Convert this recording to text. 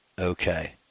Okay